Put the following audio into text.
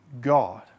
God